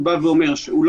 זה בסדר.